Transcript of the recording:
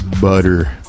butter